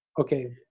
Okay